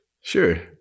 Sure